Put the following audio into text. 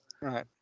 Right